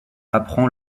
apprend